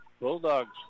Bulldogs